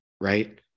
right